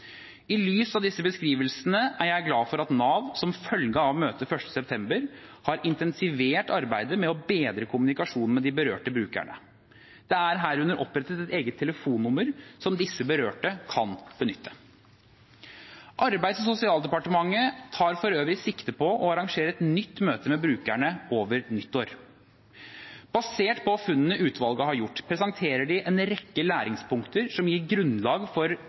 I lys av disse beskrivelsene er jeg glad for at Nav, som følge av møtet 1. september, har intensivert arbeidet med å bedre kommunikasjonen med de berørte brukerne. Det er herunder opprettet et eget telefonnummer som disse berørte kan benytte. Arbeids- og sosialdepartementet tar for øvrig sikte på å arrangere et nytt møte med brukerne over nyttår. Basert på funnene utvalget har gjort, presenterer de en rekke læringspunkter som gir grunnlag for